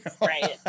Right